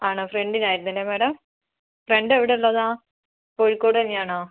ആണോ ഫ്രണ്ടിനായിരുന്നല്ലേ madam friend എവിടെ ഉള്ളതാണ് കോഴിക്കോട് തന്നെയാണോ